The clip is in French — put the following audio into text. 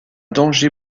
danger